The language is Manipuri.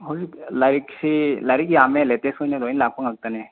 ꯍꯧꯖꯤꯛ ꯂꯥꯏꯔꯤꯛꯁꯦ ꯂꯥꯏꯔꯤꯛ ꯌꯥꯝꯃꯦ ꯂꯦꯇꯦꯁ ꯑꯣꯏꯅ ꯂꯣꯏꯅ ꯂꯥꯛꯄ ꯉꯥꯛꯇꯅꯦ